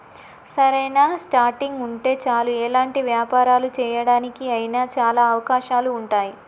సరైన స్టార్టింగ్ ఉంటే చాలు ఎలాంటి వ్యాపారాలు చేయడానికి అయినా చాలా అవకాశాలు ఉంటాయి